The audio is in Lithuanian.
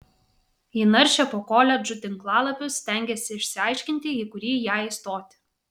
ji naršė po koledžų tinklalapius stengėsi išsiaiškinti į kurį jai stoti